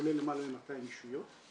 כולל למעלה מ-200 ישויות,